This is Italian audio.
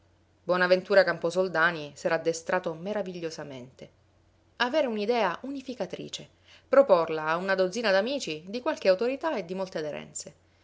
bonaventura camposoldani s'era addestrato meravigliosamente avere un'idea unificatrice proporla a una dozzina d'amici di qualche autorità e di molte aderenze